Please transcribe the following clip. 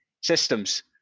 systems